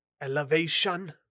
Elevation